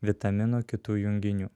vitaminų kitų junginių